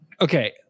Okay